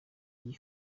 iyi